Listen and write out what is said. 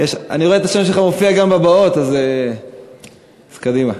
אני רואה את השם שלך מופיע גם בבאות, אז קדימה.